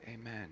Amen